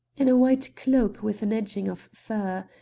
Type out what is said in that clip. in a white cloak, with an edging of fur.